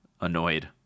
annoyed